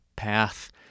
path